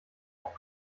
auch